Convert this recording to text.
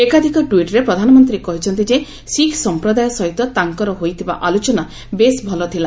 ଏକାଧିକ ଟ୍ୱିଟ୍ରେ ପ୍ରଧାନମନ୍ତ୍ରୀ କହିଛନ୍ତି ଯେ ଶିଖ ସମ୍ପ୍ରଦାୟ ସହିତ ତାଙ୍କର ହୋଇଥିବା ଆଲୋଚନା ବେଶ୍ ଭଲ ଥିଲା